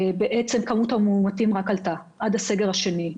כמות המאומתים רק עלתה, עד הסגר השני.